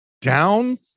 down